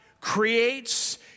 Creates